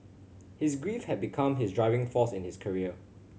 his grief had become his driving force in his career